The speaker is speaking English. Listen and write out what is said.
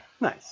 Nice